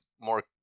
more